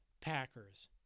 Packers